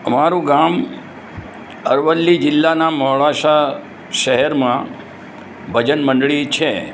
અમારું ગામ અરવલ્લી જિલ્લાનાં મોડાસા શહેરમાં ભજન મંડળી છે